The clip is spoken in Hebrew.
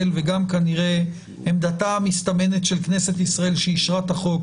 וגם כנראה עמדתה המסתמנת של כנסת ישראל שאישרה את החוק